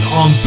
on